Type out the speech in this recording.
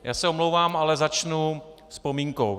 Já se omlouvám, ale začnu vzpomínkou.